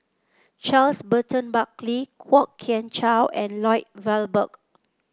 Charles Burton Buckley Kwok Kian Chow and Lloyd Valberg